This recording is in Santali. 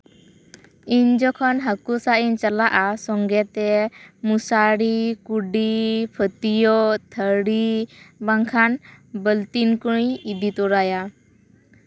ᱤᱧ ᱡᱚᱠᱷᱚᱱ ᱦᱟ ᱠᱩ ᱥᱟᱵ ᱤᱧ ᱪᱟᱞᱟᱜᱼᱟ ᱥᱚᱸᱜᱮ ᱛᱮ ᱢᱚᱥᱟᱨᱤ ᱠᱩᱰᱤ ᱯᱷᱟᱹᱛᱭᱟᱹᱜ ᱛᱷᱟᱹᱨᱤ ᱵᱟᱝᱠᱷᱟᱱ ᱵᱟ ᱞᱛᱤᱱ ᱠᱩᱧ ᱤᱫᱤ ᱛᱚᱨᱟᱭᱟ